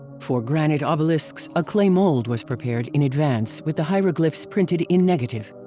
for granite obelisks, a clay mold was prepared in advance with the hieroglyphs printed in negative.